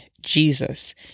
Jesus